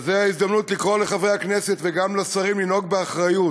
זו ההזדמנות לקרוא לחברי הכנסת וגם לשרים לנהוג באחריות.